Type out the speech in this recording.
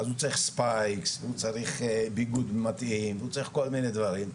הוא צריך כל מיני דברים.